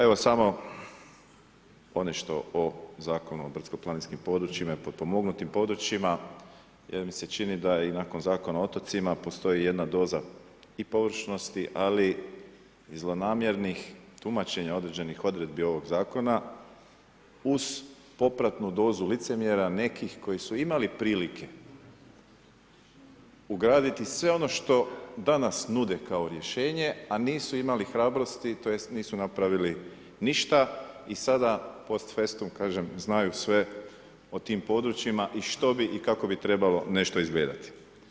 Evo, samo ponešto o Zakonu o brdsko planinskim područjima i potpomognutim područjima, jer mi se čini da i nakon Zakona o otocima, postoji jedna doza i površnosti, ali i zlonamjernih tumačenja, određenih odredbi ovih zakona, uz popratnu dozu licemjerja, nekih koji su imali prilike ugraditi sve ono što danas nude kao rješenje, a nisu imali hrabrosti, tj. nisu napravili ništa i sada post festum, kažem, znaju sve o tim područjima i što bi i kako bi trebalo nešto izgledati.